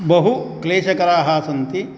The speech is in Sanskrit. बहुक्लेशकराः सन्ति